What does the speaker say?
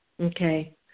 Okay